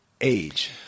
age